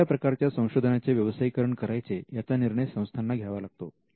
कोणत्या प्रकारच्या संशोधनांचे व्यवसायीकरण करायचे याचा निर्णय संस्थांना घ्यावा लागतो